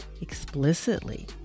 explicitly